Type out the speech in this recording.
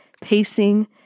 pacing